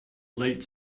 late